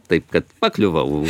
taip kad pakliuvau